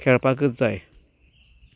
खेळपाकच जाय